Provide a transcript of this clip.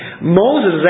Moses